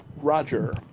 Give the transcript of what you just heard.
Roger